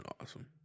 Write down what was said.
Awesome